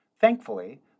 Thankfully